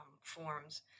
forms